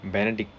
benedict